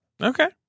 Okay